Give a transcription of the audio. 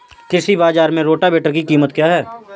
कृषि बाजार में रोटावेटर की कीमत क्या है?